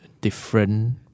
different